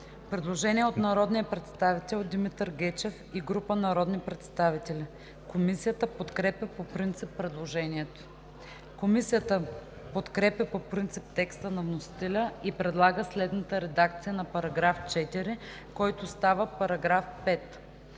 предложение от народния представител Димитър Гечев и група народни представители. Комисията подкрепя по принцип предложението. Комисията подкрепя по принцип текста на вносителя и предлага следната редакция на § 4, който става § 5: „§ 5.